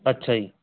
ਅੱਛਾ ਜੀ